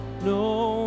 no